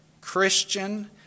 Christian